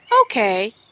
Okay